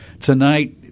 tonight